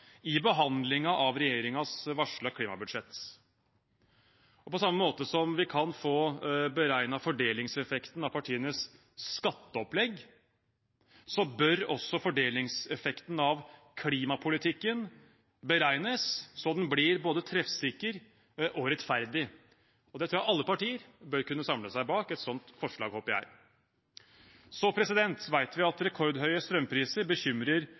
i behandlingen av regjeringens varslede klimabudsjett. På samme måte som vi kan få beregnet fordelingseffekten av partienes skatteopplegg, bør også fordelingseffekten av klimapolitikken beregnes, så den blir både treffsikker og rettferdig. Et sånt forslag tror og håper jeg alle partier bør kunne samle seg bak. Vi vet at rekordhøye strømpriser bekymrer veldig mange, og at